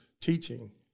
teaching